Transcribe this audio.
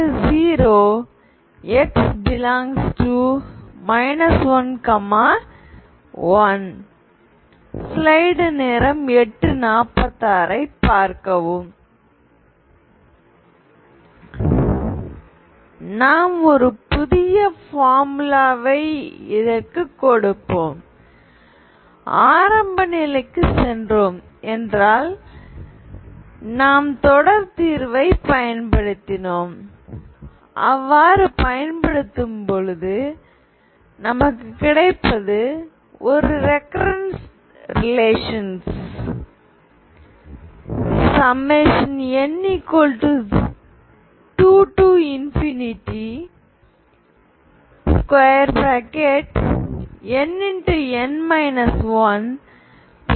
y 2xynn1y0x∈ 11 நாம் ஒரு புதிய போர்முலாவை இதற்கு கொடுப்போம் ஆரம்ப நிலைக்கு சென்றோம் என்றால் நாம் தொடர் தீர்வை பயன்படுத்தினோம் அவ்வாறு பயன்படுத்தும் பொழுது நமக்கு கிடைப்பது ஒரு ரெகர்ரேன்ஸ் தொடர்புகள்